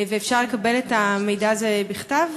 אפשר לקבל את המידע הזה בכתב?